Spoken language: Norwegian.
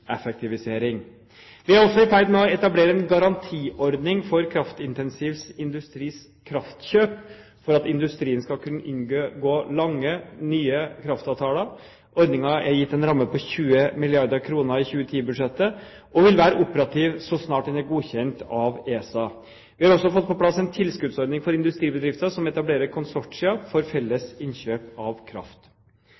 Vi er også i ferd med å etablere en garantiordning for kraftintensiv industris kraftkjøp for at industrien skal kunne inngå nye, langsiktige kraftavtaler. Ordningen er gitt en ramme på 20 milliarder kr i 2010-budsjettet og vil være operativ så snart den er godkjent av ESA. Vi har også fått på plass en tilskuddsordning for industribedrifter som etablerer konsortier for